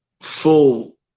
full